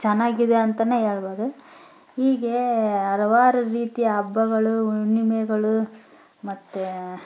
ಚೆನ್ನಾಗಿದೆ ಅಂತಲೇ ಹೇಳ್ಬೋದು ಹೀಗೇ ಹಲವಾರು ರೀತಿಯ ಹಬ್ಬಗಳು ಹುಣ್ಣಿಮೆಗಳು ಮತ್ತು